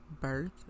birth